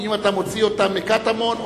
כי אם אתה מוציא אותם מקטמון,